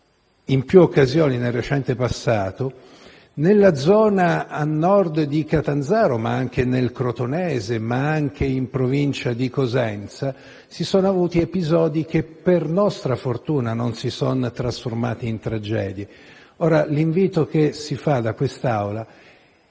in più occasioni nel recente passato - nella zona a nord di Catanzaro, ma anche nel Crotonese e in provincia di Cosenza, si sono avuti episodi che, per nostra fortuna, non si sono trasformati in tragedia. L'invito che si fa da quest'Aula è